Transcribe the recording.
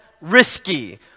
risky